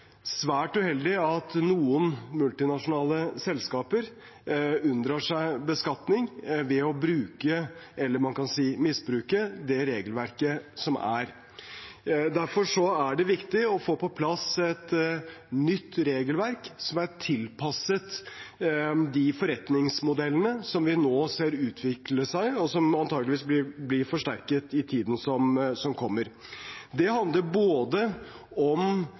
svært uheldig at noen multinasjonale selskaper unndrar seg beskatning ved å bruke – eller man kan si misbruke – det regelverket vi har. Derfor er det viktig å få på plass et nytt regelverk som er tilpasset de forretningsmodellene vi nå ser utvikle seg, og som antakeligvis blir forsterket i tiden som kommer. Det handler både om